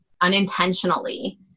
unintentionally